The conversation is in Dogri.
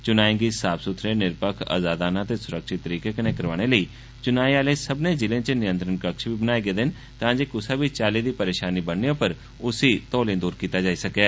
च्नाएं गी साफ स्थरे निरपक्ख आजादाना ते स्रक्षित तरीके कन्नै करोआने लेई चुनाएं आहले सब्भनें जिलें च नियंत्रण कक्ष बी बनाए गेदे न तांजे कुसा बी चाल्ली दी परेशानी बनने उप्पर उसी तौले दूर कीता जाई सकै